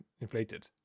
inflated